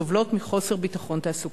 סובלות מחוסר ביטחון תעסוקתי.